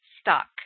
stuck